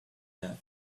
death